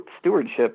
stewardship